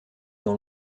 dans